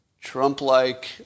Trump-like